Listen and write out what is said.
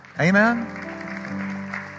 Amen